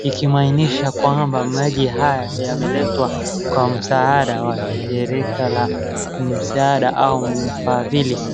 ,ikimaanisha kwamba maji haya yameletwa kwa msaada wa shirika au mfadhili.